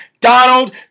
Donald